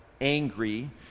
angry